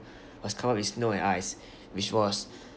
was covered with snow and ice which was